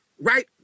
right